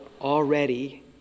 already